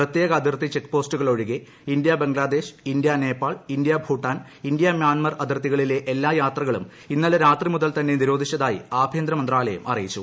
പ്രത്യേക അതിർത്തി ചെക്പോസ്റ്റുകൾ ഒഴികെ India Bangladesh India Nepal India Bhutan India Myanmar അതിർത്തികളിലെ എല്ലാ യാത്രകളും ഇന്നലെ രാത്രി മുതൽ തന്നെ നിരോധിച്ചതായി ആഭ്യന്തര മന്ത്രാലയം അറിയിച്ചു